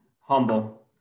humble